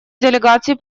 делегации